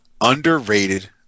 underrated